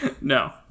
No